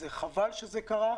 חבל שזה קרה.